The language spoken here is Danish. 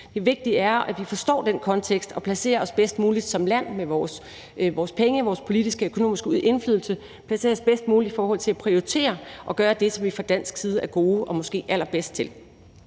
at bestemme, at vi forstår den kontekst og som land med vores penge og vores politiske og økonomiske indflydelse placerer os bedst muligt i forhold til at prioritere og gøre det, som vi fra dansk side er gode og måske er allerbedst til,